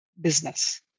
business